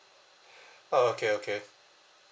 uh okay okay